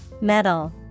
Metal